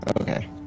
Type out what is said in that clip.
Okay